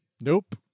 Nope